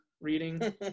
reading